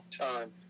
time